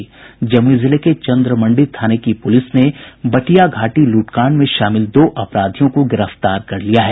जमुई जिले के चंद्रमंडी थाने की पुलिस ने बटिया घाटी लूटकांड में शामिल दो अपराधी को गिरफ्तार कर लिया है